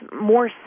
more